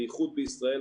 בייחוד בישראל,